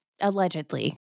Allegedly